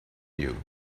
you